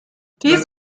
dies